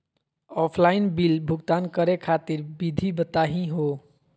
Offline bill भुगतान करे खातिर विधि बताही हो?